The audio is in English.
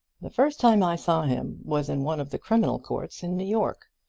the first time i saw him was in one of the criminal courts in new york.